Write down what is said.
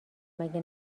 مگه